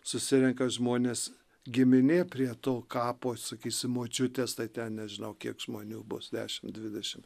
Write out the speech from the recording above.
susirenka žmonės giminė prie to kapo sakysim močiutės tai ten nežinau kiek žmonių bus dešim dvidešim